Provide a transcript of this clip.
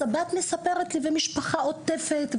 משפחה עוטפת.